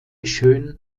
schön